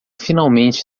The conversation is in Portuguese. finalmente